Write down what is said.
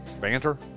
banter